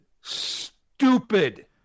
stupid